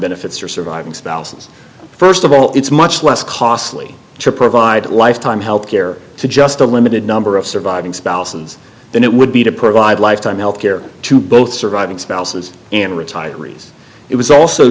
benefits for surviving spouses first of all it's much less costly to provide lifetime health care to just a limited number of surviving spouses than it would be to provide lifetime health care to both surviving spouses and retirees it was also